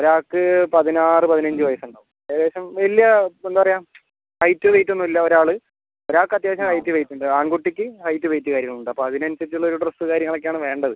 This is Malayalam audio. ഒരാൾക്ക് പതിനാറ് പതിനഞ്ച് വയസ്സ് ഉണ്ടാവും ഏകദേശം വലിയ എന്താണ് പറയുക ഹൈറ്റ് വെയ്റ്റ് ഒന്നും ഇല്ല ഒരാൾ ഒരാൾക്ക് അത്യാവശ്യം ഹൈറ്റ് വെയ്റ്റ് ഉണ്ട് ആൺകുട്ടിക്ക് ഹൈറ്റ് വെയ്റ്റ് കാര്യങ്ങളും ഉണ്ട് അപ്പം അതിനനുസരിച്ച് ഉള്ള ഒരു ഡ്രസ്സ് കാര്യങ്ങളൊക്കെ ആണ് വേണ്ടത്